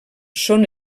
són